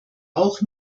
auch